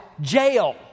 jail